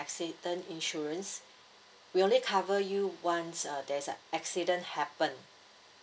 accident insurance we'll only cover you once uh there's a accident happen